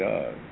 God